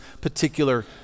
particular